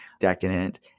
decadent